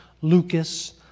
Lucas